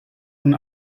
von